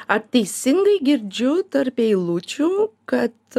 ar teisingai girdžiu tarp eilučių kad